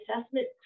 assessment